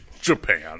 Japan